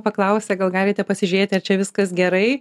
paklausia gal galite pasižiūrėti ar čia viskas gerai